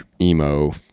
emo